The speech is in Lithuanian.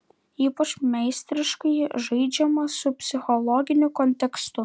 ypač meistriškai žaidžiama su psichologiniu kontekstu